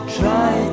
try